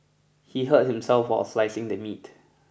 he hurt himself while slicing the meat